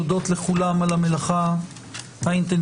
תודות לכולם על המלאכה האינטנסיבית,